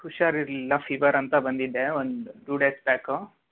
ಹುಷಾರಿರಲಿಲ್ಲ ಫೀವರ್ ಅಂತ ಬಂದಿದ್ದೆ ಒಂದು ಟೂ ಡೇಸ್ ಬ್ಯಾಕು